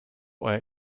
euer